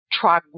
try